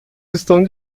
estão